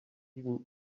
even